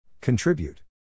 Contribute